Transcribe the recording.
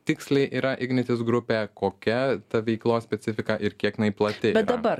tiksliai yra ignitis grupė kokia ta veiklos specifika ir kiek plati yra